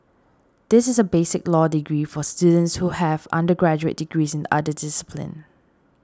this is a basic law degree for students who have undergraduate degrees in other disciplines